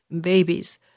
babies